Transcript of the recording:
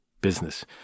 business